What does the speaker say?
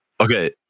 Okay